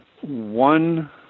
one